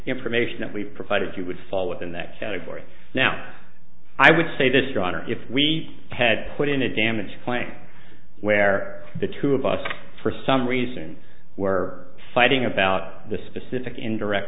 information that we provided you would fall within that category now i would say this your honor if we had put in a damage plan where the two of us for some reason were fighting about the specific indirect